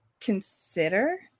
consider